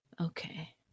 Okay